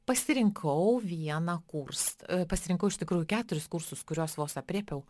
pasirinkau vieną kurs pasirinkau iš tikrųjų keturis kursus kuriuos vos aprėpiau